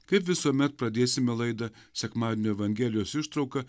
kaip visuomet pradėsime laidą sekmadienio evangelijos ištrauka